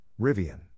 Rivian